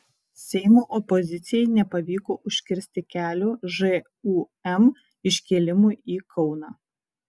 seimo opozicijai nepavyko užkirsti kelio žūm iškėlimui į kauną